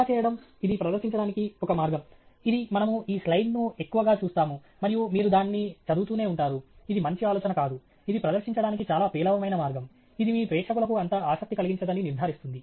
ఇలా చేయడం ఇది ప్రదర్శించడానికి ఒక మార్గం ఇది మనము ఈ స్లైడ్ను ఎక్కువగా చూస్తాము మరియు మీరు దాన్ని చదువుతూనే ఉంటారు ఇది మంచి ఆలోచన కాదు ఇది ప్రదర్శించడానికి చాలా పేలవమైన మార్గం ఇది మీ ప్రేక్షకులకు అంత ఆసక్తి కలిగించదని నిర్ధారిస్తుంది